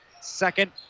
second